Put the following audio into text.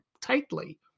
tightly